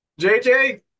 JJ